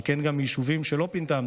שכן גם ביישובים שהמדינה לא פינתה,